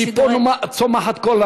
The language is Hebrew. מפה צומחת כל,